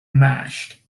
mashed